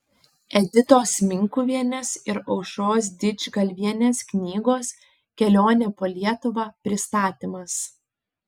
editos minkuvienės ir aušros didžgalvienės knygos kelionė po lietuvą pristatymas